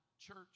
church